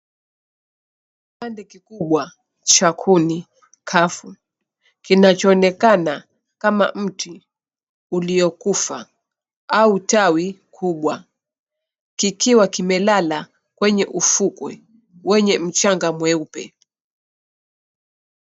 Kipande kikubwa cha kuni kafu, kinachoonekana kama mti uliokufa au tawi kubwa, kikiwa kimelala kwenye ufukwe wenye mchanga mweupe.